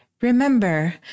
Remember